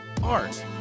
art